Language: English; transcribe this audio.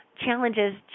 challenges